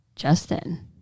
Justin